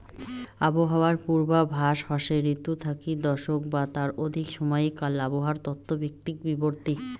আবহাওয়ার পূর্বাভাস হসে ঋতু থাকি দশক বা তার অধিক সমাইকাল আবহাওয়ার তত্ত্ব ভিত্তিক বিবৃতি